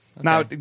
Now